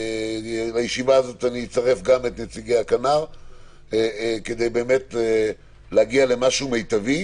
לישיבה זו אצרף גם את נציגי הכנ"ר כדי באמת להגיע למשהו מטבי.